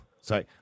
sorry